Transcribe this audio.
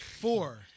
four